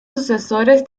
sucesores